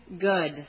good